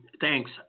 Thanks